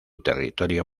territorio